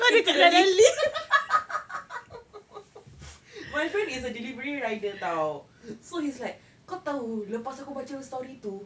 into the lift my friend is a delivery rider [tau] so he's like kau tahu lepas aku baca story tu